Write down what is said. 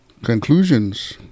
Conclusions